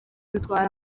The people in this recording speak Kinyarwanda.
rutwara